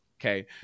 okay